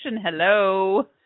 Hello